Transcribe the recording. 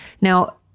Now